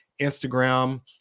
Instagram